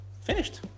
finished